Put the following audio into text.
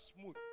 smooth